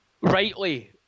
rightly